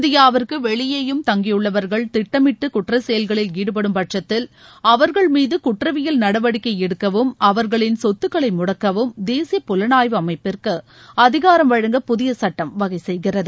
இந்தியாவிற்கு வெளியேயும் தங்கியுள்ளவர்கள் திட்டமிட்டு குற்றசெயல்களில் ஈடுபடும் பட்சத்தில் அவர்கள் மீது குற்றவியல் நடவடிக்கை எடுக்கவும் அவர்களின் சொத்துகளை முடக்கவும் தேசிய புலனாய்வு அமைப்பிற்கு அதிகாரம் வழங்க புதிய சட்டம் வகை செய்கிறது